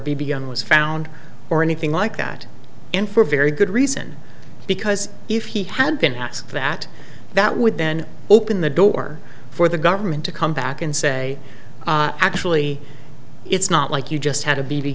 gun was found or anything like that and for very good reason because if he had been asked that that would then open the door for the government to come back and say actually it's not like you just had a b